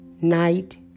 night